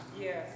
Yes